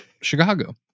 Chicago